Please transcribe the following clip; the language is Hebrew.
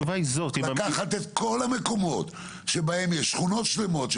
לקחת את כל המקומות שבהם יש שכונות שלמות,